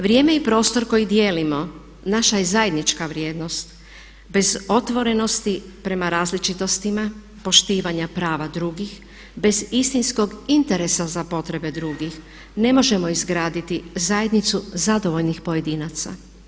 Vrijeme i prostor koji dijelimo naša je zajednička vrijednost bez otvorenosti prema različitostima, poštivanja prava drugih bez istinskog interesa za potrebe drugih ne možemo izgraditi zajednicu zadovoljnih pojedinaca.